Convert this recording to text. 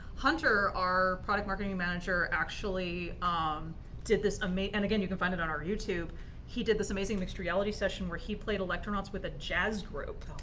hunter, our product marketing manager, actually um did this and again, you can find it on our youtube he did this amazing mixed reality session where he played electronauts with a jazz group.